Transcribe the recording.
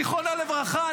זיכרונו לברכה,